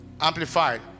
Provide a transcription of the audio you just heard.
Amplified